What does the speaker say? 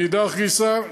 מאידך גיסא.